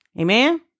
Amen